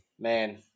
Man